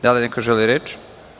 Da li neko želi reč?